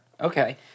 Okay